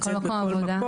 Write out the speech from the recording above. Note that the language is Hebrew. בכל מקום עבודה.